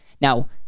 Now